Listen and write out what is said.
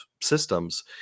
systems